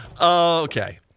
Okay